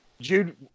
Jude